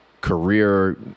career